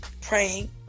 praying